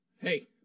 Hey